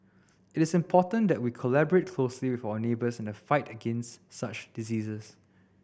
it is important that we collaborate closely with our neighbours in the fight against such diseases